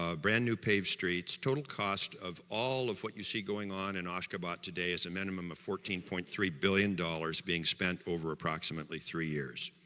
ah brand new paved streets total cost of all what you see going on in ashgabat today is a minimum of fourteen point three billion dollars being spent over approximately three years